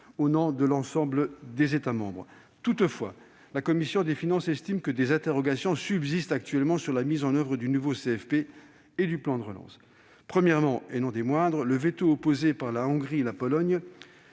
au nom de l'ensemble des États membres. Toutefois, la commission des finances estime que des interrogations subsistent sur la mise en oeuvre du nouveau CFP et du plan de relance. La première, et non des moindres, tient au veto opposé par la Hongrie et la Pologne,